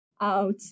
out